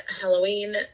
Halloween